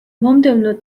მომდევნო